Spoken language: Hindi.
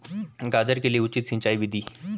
गाजर के लिए उचित सिंचाई विधि?